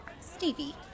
Stevie